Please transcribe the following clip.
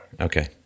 Okay